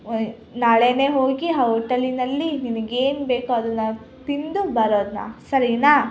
ನಾಳೆಯೇ ಹೋಗಿ ಆ ಹೋಟಲಿನಲ್ಲಿ ನಿನಗೇನ್ ಬೇಕು ಅದನ್ನು ತಿಂದು ಬರೋಣ ಸರಿನಾ